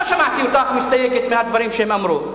לא שמעתי אותך מסתייגת מהדברים שהם אמרו.